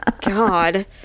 God